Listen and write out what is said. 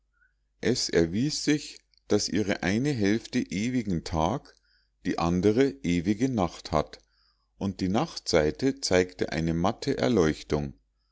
es erwies sich daß ihre eine hälfte ewigen tag die andere ewige nacht hat und die nachtseite zeigte eine matte erleuchtung